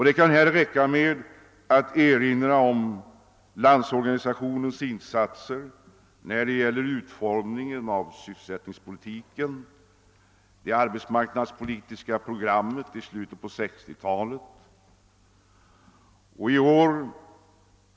Det kan här räcka med att erinra om Landsorganisationens insatser vid utformningen av sysselsättningspolitiken och det arbetsmarknadspolitiska programmet i slutet på 1960-talet.